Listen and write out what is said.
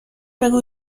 بگو